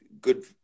good